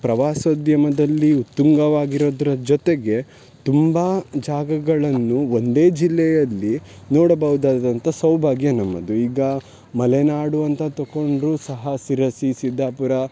ಪ್ರವಾಸೋದ್ಯಮದಲ್ಲಿ ಉತ್ತುಂಗವಾಗಿರೋದರ ಜೊತೆಗೆ ತುಂಬ ಜಾಗಗಳನ್ನು ಒಂದೇ ಜಿಲ್ಲೆಯಲ್ಲಿ ನೋಡಬಹುದಾದಂಥ ಸೌಭಾಗ್ಯ ನಮ್ಮದು ಈಗ ಮಲೆನಾಡು ಅಂತ ತಕೊಂಡರೂ ಸಹ ಶಿರಸಿ ಸಿದ್ದಾಪುರ